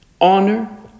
honor